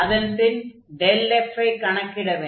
அதன்பின் f ஐ கணக்கிட வேண்டும்